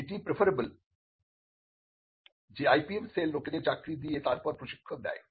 এটি প্রেফারেবল যে IPM cell লোকেদের চাকরি দিয়ে তারপর প্রশিক্ষণ দেয়